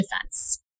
defense